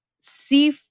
see